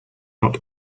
not